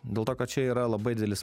dėl to kad čia yra labai didelis